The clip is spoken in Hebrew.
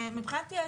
מבחינת תיעדוף,